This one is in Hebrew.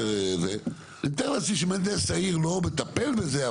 אני מתאר לעצמי שמהנדס העיר לא מטפל בזה,